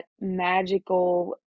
magical